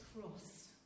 cross